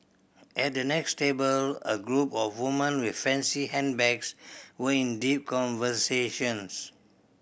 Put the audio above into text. at the next table a group of woman with fancy handbags were in deep conversations